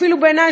אפילו בעיני,